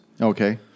Okay